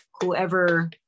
whoever